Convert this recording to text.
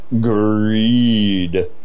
greed